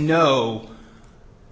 know